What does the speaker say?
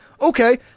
okay